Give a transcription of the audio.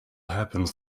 happens